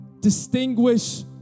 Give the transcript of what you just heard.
distinguish